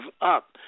up